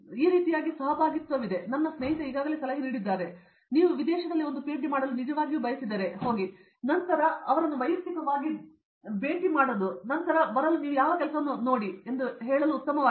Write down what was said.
ಈ ರೀತಿಯಾಗಿ ಸಹಭಾಗಿತ್ವವಿದೆ ಮತ್ತು ನನ್ನ ಸ್ನೇಹಿತ ಈಗಾಗಲೇ ಸಲಹೆ ನೀಡಿದ್ದಾನೆ ನೀವು ವಿದೇಶದಲ್ಲಿ ಒಂದು ಪಿಎಚ್ಡಿ ಮಾಡಲು ನಿಜವಾಗಿಯೂ ಬಯಸಿದರೆ ಹೋಗಿ ಮತ್ತು ನಂತರ ಅವರನ್ನು ವೈಯಕ್ತಿಕವಾಗಿ ಭೇಟಿ ಮಾಡುವುದು ಮತ್ತು ನಂತರ ಬರಲು ನೀವು ಯಾವ ಕೆಲಸವನ್ನು ನೋಡಿ ಎಂದು ಕೇಳಲು ಉತ್ತಮವಾಗಿದೆ